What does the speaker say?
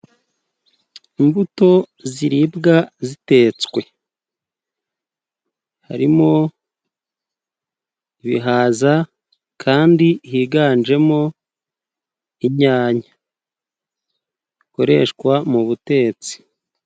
Imbuto ziribwa zitetswe; harimo ibihaza kandi higanjemo inyanya bikoreshwa mu butetsi.